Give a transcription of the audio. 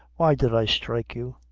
why did i strike you?